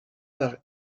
par